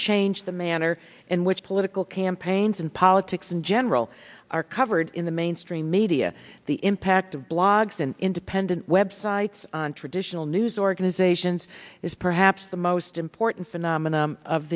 changed the manner in which political campaigns and politics in general are covered in the mainstream media the impact of blogs and independent websites on traditional news organizations is perhaps the most important phenomenon of